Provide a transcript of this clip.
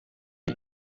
cyo